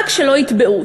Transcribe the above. רק שלא יטבעו,